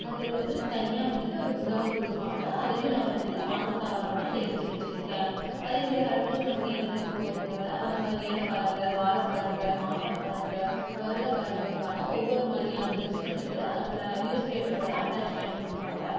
அதுக்கு வந்துட்டு தனியாக வந்துட்டு ஒரு புத்தகம் கொடுப்பாங்க அதையும் நான் வந்துட்டு மாதம் தவறாமல் சேமித்து வைச்சிருக்கேன் அதேமாதிரி அடுத்தது நமக்கு என்ன நடக்கப்போகுதுங்கிற அந்த மாதிரியான பலன்கள் வாரப் பலன்கள் மாதப் பலன்கள் வருடப் பலன்களுக்கான ஒவ்வொரு மாதிரியான புக்ஸ் வந்துட்டு அதில் நியூஸ்பேப்பரோடு அட்டாச் பண்ணிக் கொடுப்பாங்க